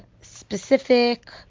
specific